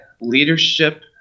leadership